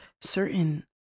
certain